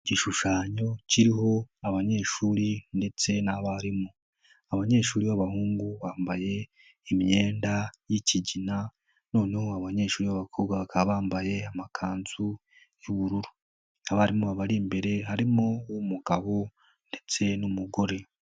Igishushanyo kiriho abanyeshuri ndetse n'abarimu, abanyeshuri b'abahungu bambaye imyenda y'ikigina, noneho abanyeshuri b'abakobwa bakaba bambaye amakanzu y'ubururu, abarimu babari imbere, harimo uw'umugabo ndetse n'umugore.